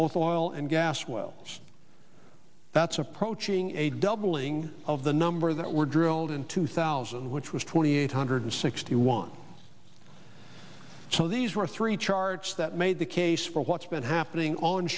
of the oil and gas well that's approaching a doubling of the number that were drilled in two thousand which was twenty eight hundred sixty one so these were three charts that made the case for what's been happening on